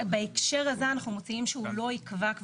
בהקשר הזה אנחנו מציעים שהוא לא יקבע.